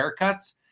haircuts